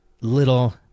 little